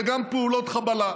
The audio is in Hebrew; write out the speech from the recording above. וגם פעולות חבלה.